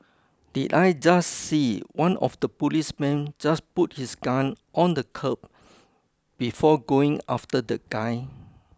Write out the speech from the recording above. did I just see one of the policemen just put his gun on the curb before going after the guy